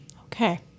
Okay